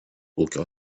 ūkio